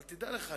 אבל תדע לך,